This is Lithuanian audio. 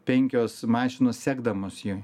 penkios mašinos sekdamos jį